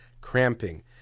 cramping